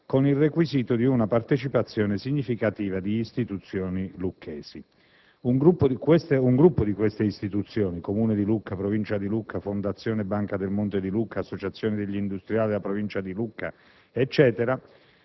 con il requisito di una partecipazione significativa di istituzioni lucchesi. Un gruppo di istituzioni lucchesi (Comune di Lucca, Provincia di Lucca, Fondazione banca del monte di Lucca, Associazione degli industriali della Provincia di Lucca e